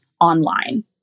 online